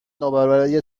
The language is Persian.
نابرابری